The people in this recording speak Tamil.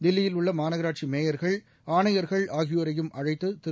தில்லியில் உள்ளமாநகராட்சிமேயர்கள் ஆணையர்கள் ஆகியோரையும் அழைத்துதிரு